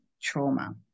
trauma